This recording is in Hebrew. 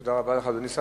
תודה רבה לך, אדוני השר.